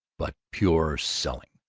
but pure selling.